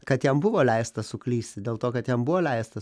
kad jam buvo leista suklysti dėl to kad jam buvo leista